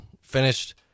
finished